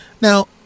Now